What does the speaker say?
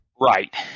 Right